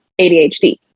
ADHD